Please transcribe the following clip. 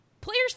players